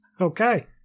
Okay